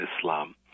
Islam